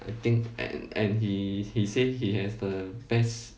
I think and and he say he has the best